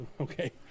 Okay